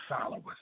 followers